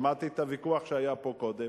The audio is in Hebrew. שמעתי את הוויכוח שהיה פה קודם,